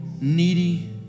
needy